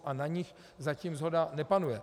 A na nich zatím shoda nepanuje.